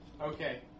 Okay